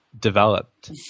developed